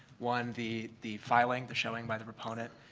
one, the the filing, the showing by the proponent,